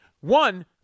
One